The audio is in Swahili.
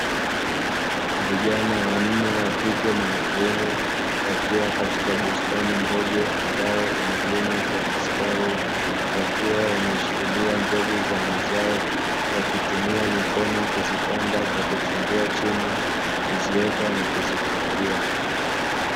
Vijana wanne wa kike na wa kiume wakiwa katika bustani ndogo ambayo imelimwa kwa mistari, wakiwa wameshikilia mbegu za mazao wakitumia mikono kuzipanda kwa kuchimbua chini kuziweka na kuzifukia.